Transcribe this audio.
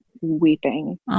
weeping